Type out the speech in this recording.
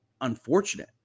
unfortunate